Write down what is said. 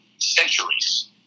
Centuries